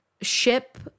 ship